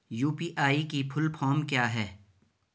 UPI की full form क्या है?